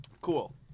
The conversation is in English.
Cool